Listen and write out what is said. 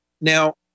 Now